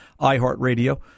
iHeartRadio